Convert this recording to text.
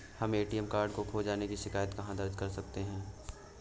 हम ATM card खो जाने की शिकायत कहाँ दर्ज कर सकते हैं?